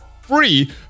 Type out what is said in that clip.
free